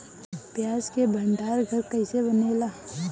प्याज के भंडार घर कईसे बनेला?